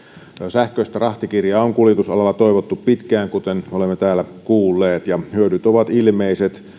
sähköistä rahtikirjaa on kuljetusalalla toivottu pitkään kuten olemme täällä kuulleet ja hyödyt ovat ilmeiset